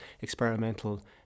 experimental